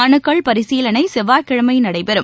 மனுக்கள் பரிசீலனை செவ்வாய்கிழமை நடைபெறும்